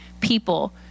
people